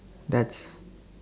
that's